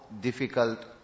difficult